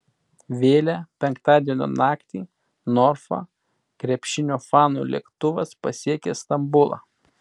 vėlią penktadienio naktį norfa krepšinio fanų lėktuvas pasiekė stambulą